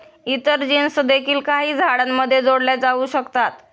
इतर जीन्स देखील काही झाडांमध्ये जोडल्या जाऊ शकतात